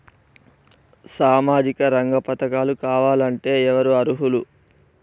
సామాజిక రంగ పథకాలు కావాలంటే ఎవరు అర్హులు?